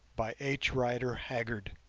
by h. rider haggard